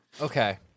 Okay